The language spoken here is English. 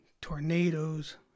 tornadoes